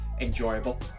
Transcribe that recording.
enjoyable